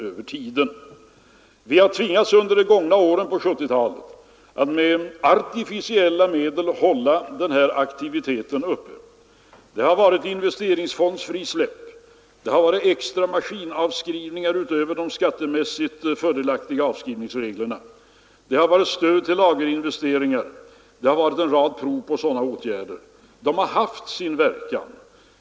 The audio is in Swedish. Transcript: Under de gångna åren på 1970-talet har vi tvingats att med artificiella medel hålla aktiviteten uppe. De medlen har t.ex. varit investeringsfondsfrisläpp, extra maskinavskrivningar utöver de skattemässigt fördelaktiga avskrivningsreglerna samt stöd till lagerinvesteringar. Vi har vidtagit en hel rad sådana åtgärder. Och de har haft sin verkan.